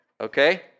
Okay